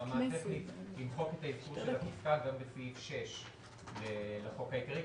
צריך ברמה הטכנית למחוק את האזכור של הטיסה גם בסעיף 6 לחוק העיקרי,